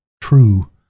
true